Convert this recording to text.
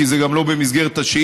כי זה גם לא במסגרת השאילתה.